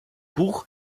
buch